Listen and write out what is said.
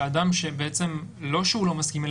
שאדם שלא שהוא לא מסכים,